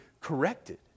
corrected